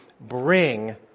bring